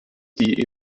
die